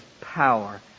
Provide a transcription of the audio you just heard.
power